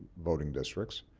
voting districts,